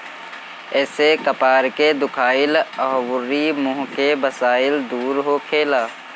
एसे कपार के दुखाइल अउरी मुंह के बसाइल दूर होखेला